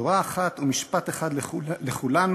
תורה אחת ומשפט אחד לכולנו,